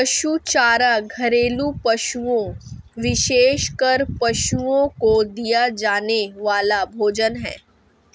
पशु चारा घरेलू पशुओं, विशेषकर पशुओं को दिया जाने वाला भोजन है